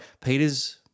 Peter's